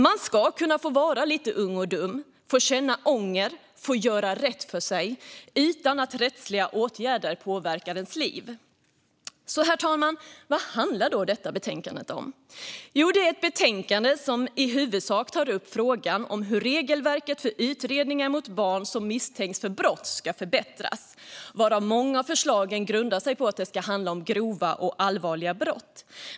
Man ska kunna få vara lite ung och dum, få känna ånger och få göra rätt för sig utan att rättsliga åtgärder ska påverka hela ens liv. Herr talman! Vad handlar då betänkandet om? Jo, det är ett betänkande som i huvudsak tar upp frågan om hur regelverket för utredningar mot barn som misstänks för brott ska kunna förbättras. Många av förslagen grundar sig i att det ska gälla grova och allvarliga brott.